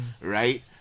right